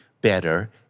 better